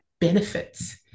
benefits